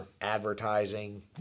advertising